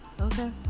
Okay